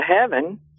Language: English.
heaven